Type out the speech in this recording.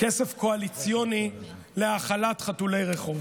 כסף קואליציוני להאכלת חתולי רחוב.